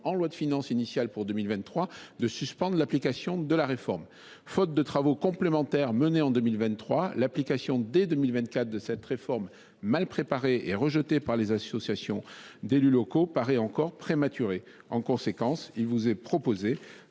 en loi de finances initiale pour 2023. Faute de travaux complémentaires menés en 2023, l’application dès 2024 de cette réforme, mal préparée et rejetée par les associations d’élus locaux, paraît encore prématurée. En conséquence, il vous est proposé